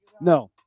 No